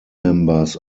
members